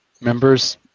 members